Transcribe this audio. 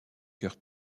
kurt